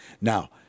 Now